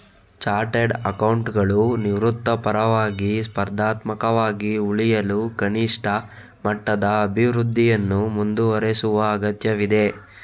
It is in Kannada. ಚಾರ್ಟರ್ಡ್ ಅಕೌಂಟೆಂಟುಗಳು ವೃತ್ತಿಪರವಾಗಿ, ಸ್ಪರ್ಧಾತ್ಮಕವಾಗಿ ಉಳಿಯಲು ಕನಿಷ್ಠ ಮಟ್ಟದ ಅಭಿವೃದ್ಧಿಯನ್ನು ಮುಂದುವರೆಸುವ ಅಗತ್ಯವಿದೆ